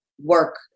work